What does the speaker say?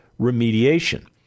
remediation